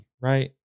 right